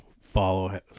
follow